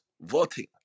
voting